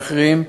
ואחרים,